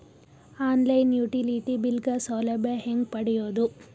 On line utility bill ಗ ಸೌಲಭ್ಯ ಹೇಂಗ ಪಡೆಯೋದು?